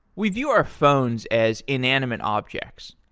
we view our phones as inanimate objects,